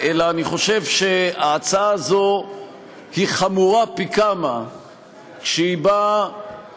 אלא אני חושב שההצעה הזו היא חמורה פי כמה כשהיא באה